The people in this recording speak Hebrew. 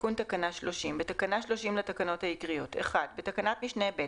תיקון תקנה 30 2. בתקנה 30 לתקנות העיקריות (1) בתקנת משנה (ב),